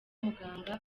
muganga